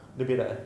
dia berak eh